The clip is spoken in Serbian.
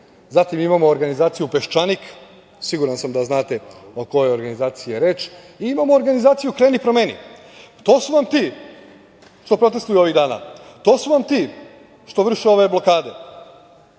Zatim, imamo organizaciju „Peščanik“. Siguran sam da znate o kojoj organizaciji je reč. Imamo i organizaciju „Kreni - promeni“. To su vam ti što protestuju ovih dana. To su vam ti što vrše ove blokade.